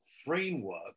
framework